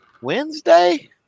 Wednesday